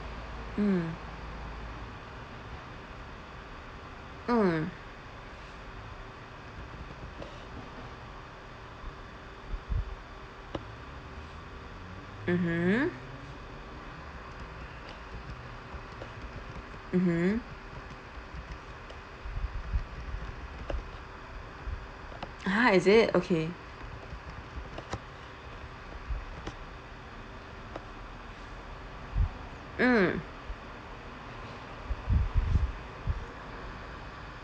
mm mm mmhmm mmhmm ah is it okay mm